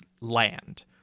land